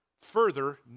further